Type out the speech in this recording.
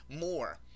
more